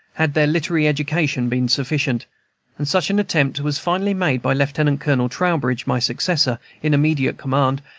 had their literary education been sufficient and such an attempt was finally made by lieutenant-colonel trowbridge, my successor in immediate command,